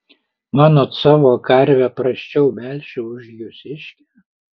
manot savo karvę prasčiau melšiu už jūsiškę